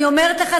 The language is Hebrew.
אני אומרת לך,